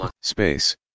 Space